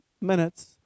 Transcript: minutes